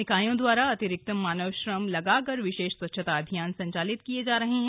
निकायों दवारा अतिरिक्त मानवश्रम लगाकर विषेश स्वच्छता अभियान संचालित किए जा रहे हैं